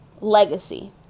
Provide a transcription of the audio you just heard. Legacy